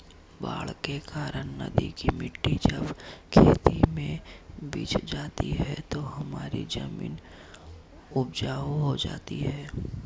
बाढ़ के कारण नदी की मिट्टी जब खेतों में बिछ जाती है तो हमारी जमीन उपजाऊ हो जाती है